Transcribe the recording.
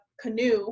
canoe